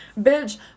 Bitch